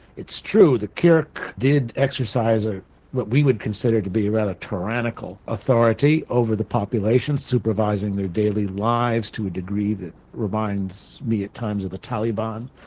it's true the kirk did exercise ah what we would consider to be a rather tyrannical authority over the population, supervising their daily lives to a degree that reminds me at times of the taliban,